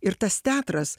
ir tas teatras